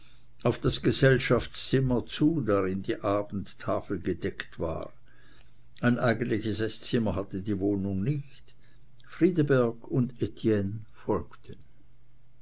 auf das gesellschaftszimmer zu drin die abendtafel gedeckt war ein eigentliches eßzimmer hatte die wohnung nicht friedeberg und etienne folgten